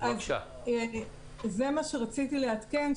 זה מה שרציתי לעדכן,